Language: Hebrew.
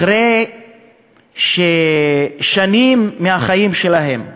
אחרי ששנים מהחיים שלהם בלימודים,